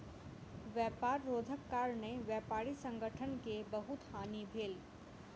व्यापार रोधक कारणेँ व्यापारी संगठन के बहुत हानि भेल